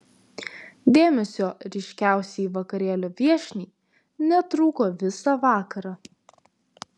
dėmesio ryškiausiai vakarėlio viešniai netrūko visą vakarą